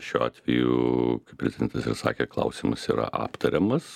šiuo atveju prezidentas ir sakė klausimas yra aptariamas